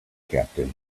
captain